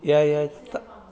ya ya fa~